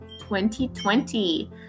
2020